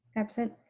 absent.